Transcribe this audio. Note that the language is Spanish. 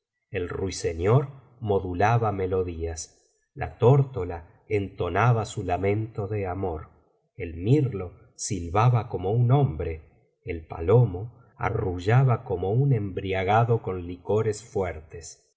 el ruiseñor modulaba melodías la tórtola entonaba su lamento de amor el mirlo silbaba como un hombre el palomo arrullaba como un embriagado con licores fuertes